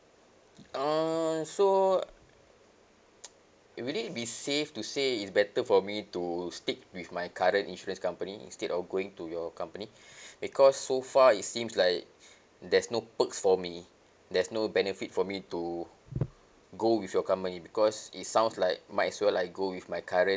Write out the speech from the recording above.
uh so will it be safe to say it's better for me to stick with my current insurance company instead of going to your company because so far it seems like there's no perks for me there's no benefit for me to go with your company because it sounds like might as well I go with my current